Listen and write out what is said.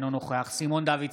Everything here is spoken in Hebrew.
אינו נוכח סימון דוידסון,